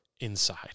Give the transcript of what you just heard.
inside